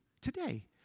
today